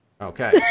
Okay